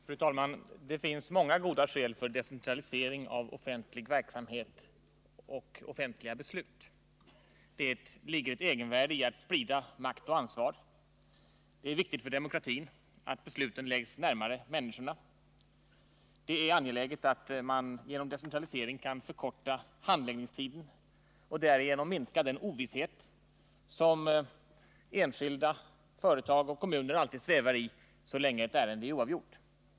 Fru talman! Det finns många goda skäl för decentralisering av offentlig verksamhet och offentliga beslut. Det ligger ett egenvärde i att sprida makt och ansvar. Det är viktigt för demokratin att besluten läggs närmare människorna. Det är angeläget att man genom decentralisering kan förkorta igenom minska den ovisshet som enskilda. företag och kommuner alltid svävar i så länge ett ärende är oavgjort.